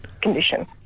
condition